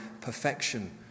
perfection